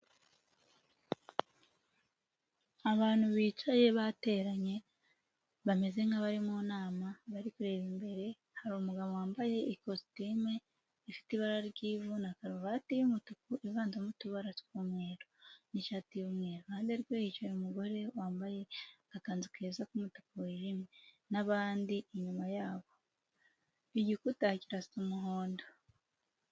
Abantu bicaye bateranye bameze nk'abari mu nama bari kureba imbere, hari umugabo wambaye ikositime ifite ibara ry'ivu na karuvati y'umutuku ivanzemo utubara tw'umweru n'ishati y'umweru, iruhande rwe hicaye umugore wambaye agakanzu keza k'umutuku wijimye n'abandi inyuma yabo, igikuta kirasa umuhondo.